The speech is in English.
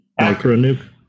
Micro-nuke